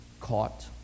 caught